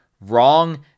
wrong